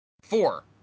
Four